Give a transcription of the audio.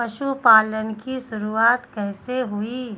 पशुपालन की शुरुआत कैसे हुई?